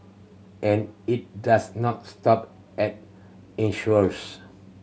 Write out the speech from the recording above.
and it does not stop at insurers